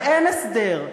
ואין הסדר,